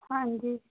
ਹਾਂਜੀ